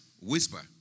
whisper